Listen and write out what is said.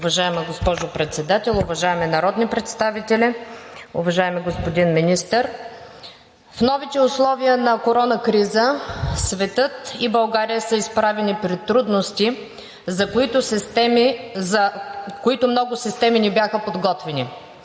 Уважаема госпожо Председател, уважаеми народни представители! Уважаеми господин Министър, в новите условия на корона криза светът и България са изправени пред трудности, за които много системи не бяха подготвени.